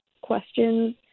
questions